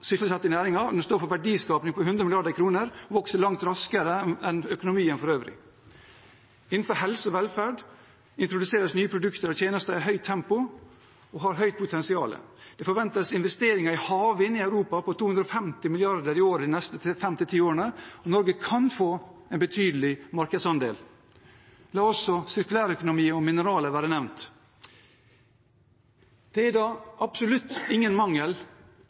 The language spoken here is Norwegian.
sysselsatt i disse næringene, de står for en verdiskaping på 100 mrd. kr. – og vokser langt raskere enn økonomien for øvrig. Innenfor helse og velferd introduseres nye produkter og tjenester i høyt tempo – og har stort potensial. Det forventes investeringer i havvind i Europa på 250 mrd. kr i året de neste 5–10 årene, og Norge kan få en betydelig markedsandel. La også sirkulærøkonomi og mineraler være nevnt. Det er absolutt ingen mangel